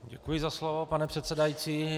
Děkuji za slovo, pane předsedající.